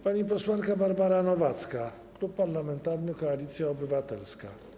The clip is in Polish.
Pani posłanka Barbara Nowacka, Klub Parlamentarny Koalicja Obywatelska.